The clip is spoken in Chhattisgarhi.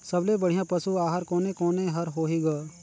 सबले बढ़िया पशु आहार कोने कोने हर होही ग?